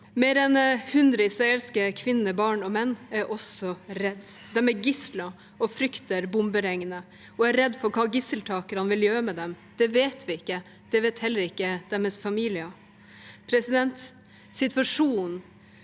Mer enn 100 israelske kvinner, barn og menn er også redde. De er gisler og frykter bomberegnet, og de er redde for hva gisseltakerne vil gjøre med dem. Det vet vi ikke. Det vet heller ikke deres familier. Situasjonen